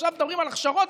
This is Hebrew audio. עכשיו מדברים על הכשרות,